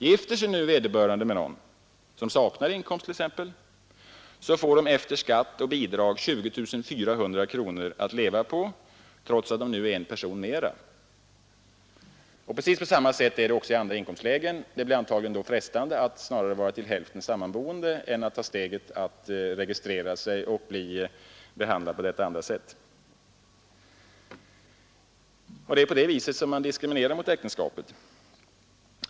Gifter sig vederbörande med någon som saknar inkomst, får de efter skatt och bidrag 20 400 kronor att leva på, trots att de nu är en person mera. Precis på samma sätt är det också i andra inkomstlägen. Det blir då frestande att vara till hälften sammanboende hellre än att ta steget att registrera sig och bli behandlad på detta andra sätt. Det är på det viset som man diskriminerar äktenskapet.